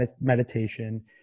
meditation